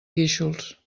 guíxols